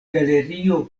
galerio